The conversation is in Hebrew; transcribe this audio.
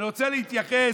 אני רוצה להתייחס